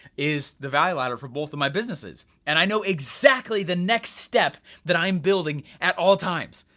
is the value ladder for both of my businesses and i know exactly the next step that i am building at all times.